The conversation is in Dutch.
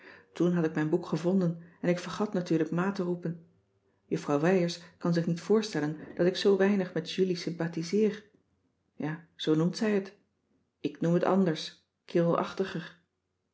toen had ik mijn boek gevonden en ik vergat natuurlijk ma te roepen juffrouw wijers kan zich niet voostellen dat ik zoo weinig met julie sympathiseer ja zoo noemt zij het ik noem het anders